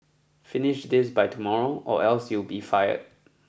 finish this by tomorrow or else you'll be fired